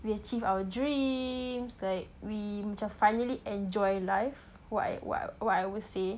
we achieved our dreams like we macam finally enjoy life why what what I would say